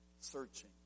searching